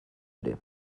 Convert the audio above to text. ere